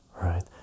right